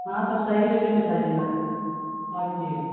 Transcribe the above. हँ तऽ सहि रेटेमे चाहिए ने आओर की